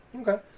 Okay